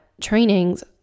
trainings